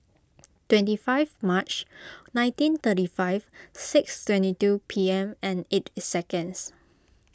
twenty five March nineteen thirty five six twenty two P M and eight seconds